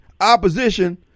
opposition